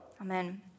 amen